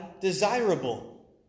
desirable